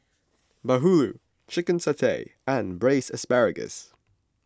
Bahulu Chicken Satay and Braised Asparagus